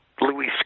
Louis